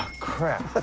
crap. but